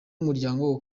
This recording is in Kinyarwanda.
muryango